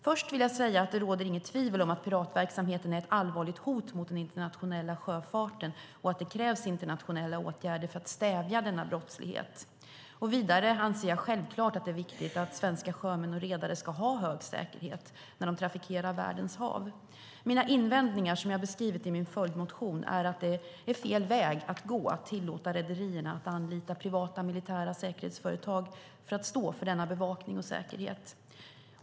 Först vill jag säga att det inte råder något tvivel om att piratverksamheten är ett allvarligt hot mot den internationella sjöfarten och att det krävs internationella åtgärder för att stävja denna brottslighet. Vidare anser jag självklart att det är viktigt att svenska sjömän och redare ska ha hög säkerhet när de trafikerar världens hav. Mina invändningar har jag beskrivit i min följdmotion. Det är fel väg att gå att tillåta rederierna att anlita privata militära säkerhetsföretag för att stå för denna bevakning och säkerhet.